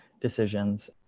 decisions